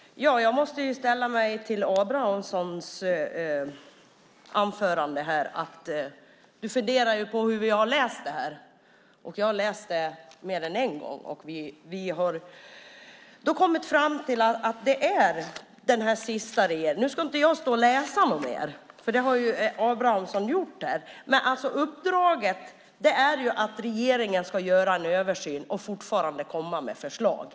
Herr talman! Jag måste sälla mig till Abramssons anförande. Krister Hammarbergh funderar på hur vi har läst det här. Jag har läst det mer än en gång, och vi har kommit fram till att det gäller det sista. Jag ska inte stå och läsa något mer, för det har Abramsson gjort. Uppdraget är att regeringen ska göra en översyn och fortfarande komma med förslag.